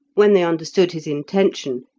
when they understood his intention,